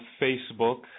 Facebook